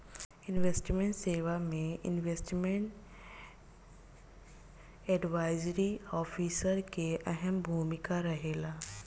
investment सेवा में investment advisory officer के अहम भूमिका रहेला